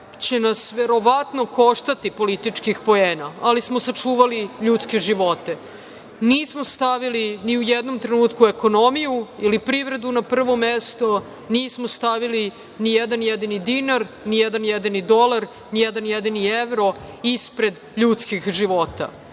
će nas verovatno koštati političkih poena, ali smo sačuvali ljudske živote. Nismo stavili ni u jednom trenutku ekonomiju ili privredu na prvo mesto, nismo stavili ni jedan jedini dinar, ni jedan jedini dolar, ni jedan jedini evro ispred ljudskih života.